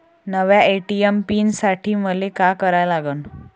नव्या ATM pin साठी मले का करा लागन?